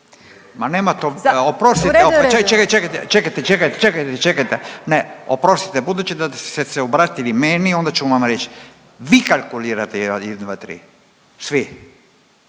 (Nezavisni)** Čekajte, čekajte, čekajte. Čekajte. Oprostite, budući da ste se obratili meni, onda ću vam reći. Vi kalkulirate